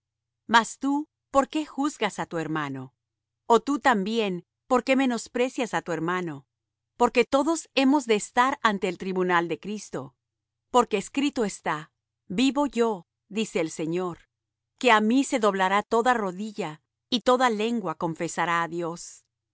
mas tú por qué juzgas á tu hermano ó tú también por qué menosprecias á tu hermano porque todos hemos de estar ante el tribunal de cristo porque escrito está vivo yo dice el señor que á mí se doblará toda rodilla y toda lengua confesará á dios